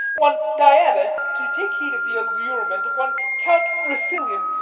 one diana, to take heed of the allurement of one count rousillon,